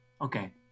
Okay